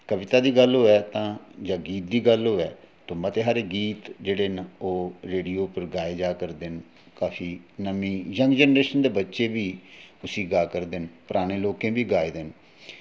कविता दी गल्ल होऐ जां गीत दी गल्ल होऐ तो मते हारे गीत जेह्ड़े न रेडियो उप्पर गाए जा करदे न काफी नमीं यंग जनरेशन दे बच्चे बी उसी गा करदे न पराने लोकें बी गाए दे न